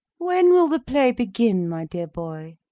when will the play begin, my dear boy?